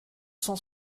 cent